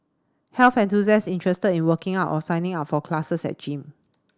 health enthusiasts interested in working out or signing up for classes at gym